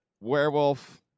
werewolf